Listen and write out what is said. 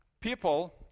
people